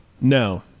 No